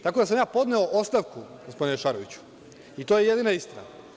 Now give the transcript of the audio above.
Tako da sam ja podneo ostavku, gospodine Šaroviću, i to je jedina istina.